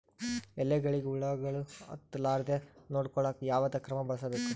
ಎಲೆಗಳಿಗ ಹುಳಾಗಳು ಹತಲಾರದೆ ನೊಡಕೊಳುಕ ಯಾವದ ಕ್ರಮ ಬಳಸಬೇಕು?